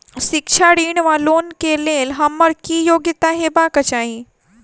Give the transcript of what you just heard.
शिक्षा ऋण वा लोन केँ लेल हम्मर की योग्यता हेबाक चाहि?